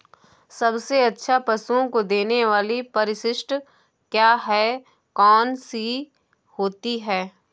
सबसे अच्छा पशुओं को देने वाली परिशिष्ट क्या है? कौन सी होती है?